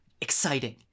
exciting